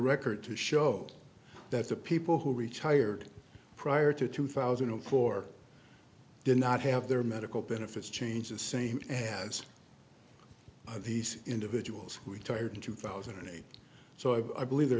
record to show that the people who retired prior to two thousand and four did not have their medical benefits changed the same as these individuals who retired in two thousand and eight so i believe there